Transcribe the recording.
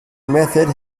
method